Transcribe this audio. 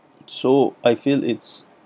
so I feel it's